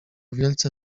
wielce